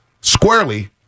squarely